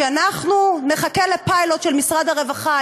שאנחנו נחכה לפיילוט של משרד הרווחה.